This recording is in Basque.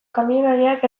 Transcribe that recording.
kamioilariak